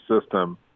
system